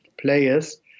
players